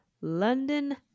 London